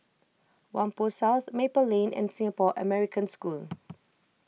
Whampoa South Maple Lane and Singapore American School